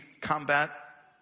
combat